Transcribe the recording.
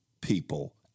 people